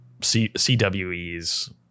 CWEs